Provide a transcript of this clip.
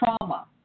trauma